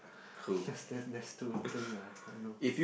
that's that's that's two thing right no